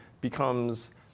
becomes